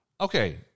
Okay